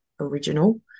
original